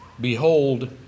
Behold